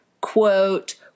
quote